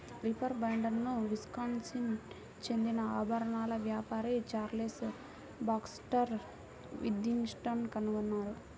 reaper బైండర్ను Wisconsin చెందిన ఆభరణాల వ్యాపారి చార్లెస్ బాక్స్టర్ విథింగ్టన్ కనుగొన్నారు